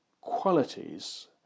qualities